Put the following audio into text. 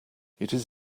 it’s